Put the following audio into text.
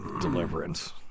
deliverance